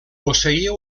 posseïa